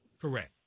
correct